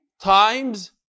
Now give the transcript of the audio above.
times